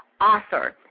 Author